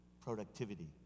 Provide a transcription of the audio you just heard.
Productivity